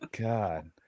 God